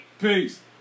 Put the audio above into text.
Peace